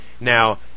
Now